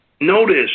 Notice